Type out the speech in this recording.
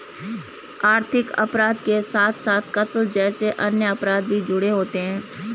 आर्थिक अपराध के साथ साथ कत्ल जैसे अन्य अपराध भी जुड़े होते हैं